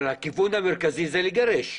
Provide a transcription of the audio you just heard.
אבל הכוון המרכזי זה לגרש?